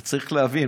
אתה צריך להבין,